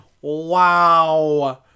Wow